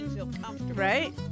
right